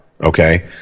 okay